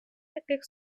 таких